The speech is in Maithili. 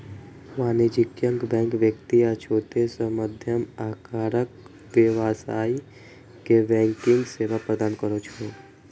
वाणिज्यिक बैंक व्यक्ति आ छोट सं मध्यम आकारक व्यवसायी कें बैंकिंग सेवा प्रदान करै छै